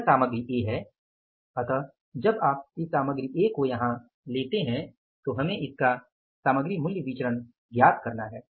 यह सामग्री ए है इसलिए जब आप इस सामग्री ए को यहां लेते हैं तो हमें इसका सामग्री मूल्य विचरण ज्ञात करना है